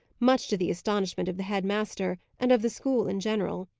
much to the astonishment of the head-master, and of the school in general.